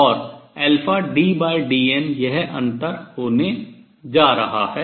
और ddn यह अंतर होने जा रहा है